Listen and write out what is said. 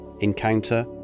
encounter